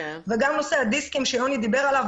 נושא הדיסקים שיוני העלה.